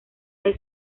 del